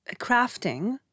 crafting